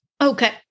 Okay